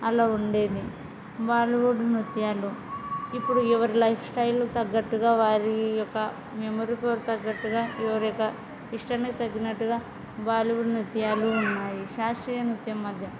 అలా ఉండేది బాలీవుడ్ నృత్యాలు ఇప్పుడు ఎవరి లైఫ్ స్టైల్ తగ్గట్టుగా వారి యొక్క మెమరీ పవర్కు తగ్గట్టుగా ఎవరి యొక్క ఇష్టానికి తగినట్టుగా బాలీవుడ్ నృత్యాలు ఉన్నాయి శాస్త్రీయ నృత్యం మధ్య